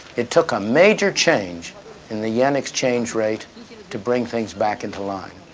it took a major change in the yen exchange rate to bring things back into line.